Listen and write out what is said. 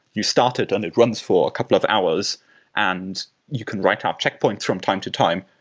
you start it and it runs for a couple of hours and you can write up checkpoints from time to time.